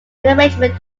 rearrangement